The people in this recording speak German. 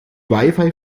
wifi